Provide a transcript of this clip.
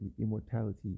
immortality